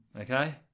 Okay